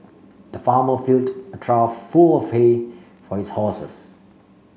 the farmer filled a trough full hay for his horses